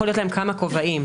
יכולים להיות כמה כובעים.